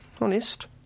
Honest